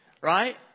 right